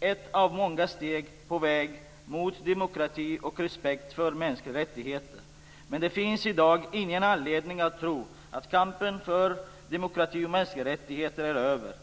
ett av många steg på vägen mot demokrati och respekt för mänskliga rättigheter. Men det finns i dag ingen anledning att tro att kampen för demokrati och mänskliga rättigheter är över.